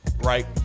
right